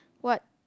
what